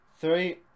Three